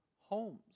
homes